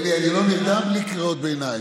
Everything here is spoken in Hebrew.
אלי, אני לא נרדם בלי קריאות ביניים.